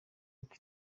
uko